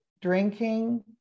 drinking